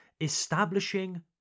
establishing